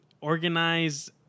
organize